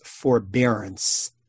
forbearance